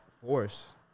force